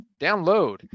download